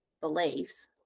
beliefs